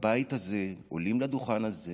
בבית הזה עולים לדוכן הזה